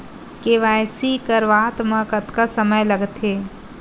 KYC करवात म कतका समय लगथे?